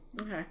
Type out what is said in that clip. okay